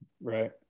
Right